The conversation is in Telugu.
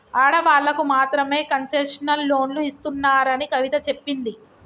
ఆడవాళ్ళకు మాత్రమే కన్సెషనల్ లోన్లు ఇస్తున్నారని కవిత చెప్పింది